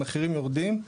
המחירים יורדים.